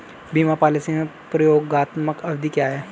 बीमा पॉलिसी में प्रतियोगात्मक अवधि क्या है?